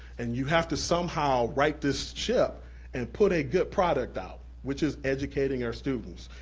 and you have to somehow right this ship and put a good product out, which is educating our students.